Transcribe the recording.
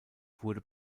wurde